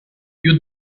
you